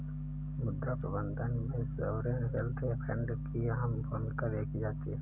मुद्रा प्रबन्धन में सॉवरेन वेल्थ फंड की अहम भूमिका देखी जाती है